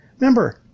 Remember